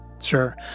Sure